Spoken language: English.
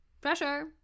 Pressure